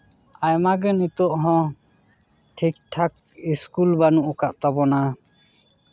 ᱟᱭᱢᱟ ᱜᱮ ᱱᱤᱛᱚᱜ ᱦᱚᱸ ᱴᱷᱤᱠ ᱴᱷᱟᱠ ᱥᱠᱩᱞ ᱵᱟᱹᱱᱩᱜ ᱟᱠᱟᱫ ᱛᱟᱵᱚᱱᱟ